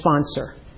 sponsor